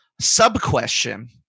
Sub-question